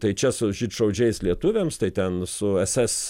tai čia su žydšaudžiais lietuviams tai ten su ss